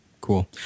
cool